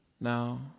Now